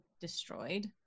destroyed